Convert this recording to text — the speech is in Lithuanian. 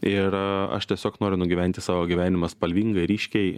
ir aš tiesiog noriu nugyventi savo gyvenimą spalvingai ryškiai